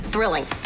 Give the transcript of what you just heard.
Thrilling